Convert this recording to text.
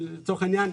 לצורך העניין,